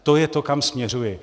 To je to, kam směřuji.